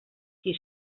qui